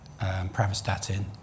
Pravastatin